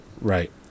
Right